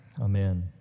Amen